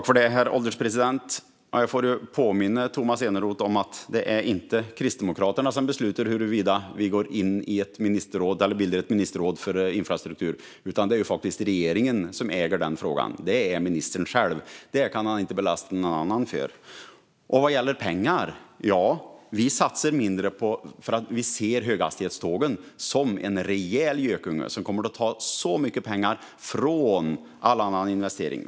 Herr ålderspresident! Jag får påminna Tomas Eneroth om att det inte är Kristdemokraterna som beslutar om huruvida vi bildar ett ministerråd för infrastruktur. Det är faktiskt regeringen som äger den frågan. Det är ministern själv, så det kan han inte belasta någon annan med. Vad gäller pengar satsar vi mindre därför att vi ser höghastighetstågen som en rejäl gökunge som kommer att ta så mycket pengar från all annan investering.